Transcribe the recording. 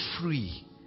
free